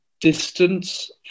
distance